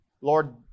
Lord